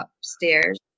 upstairs